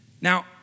Now